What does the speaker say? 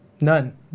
none